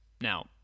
Now